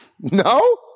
No